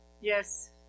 Yes